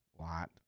lot